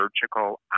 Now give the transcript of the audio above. surgical